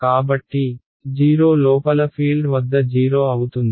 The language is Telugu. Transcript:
కాబట్టి 0 లోపల ఫీల్డ్ వద్ద 0 అవుతుంది